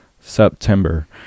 September